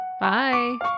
Bye